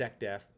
SecDef